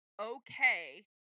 okay